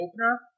opener